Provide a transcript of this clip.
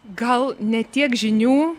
gal ne tiek žinių